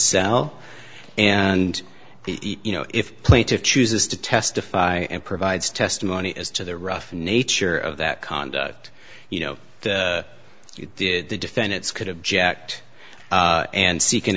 cell and you know if plaintiffs chooses to testify and provides testimony as to the rough nature of that conduct you know you did the defendants could object and seek